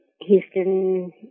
Houston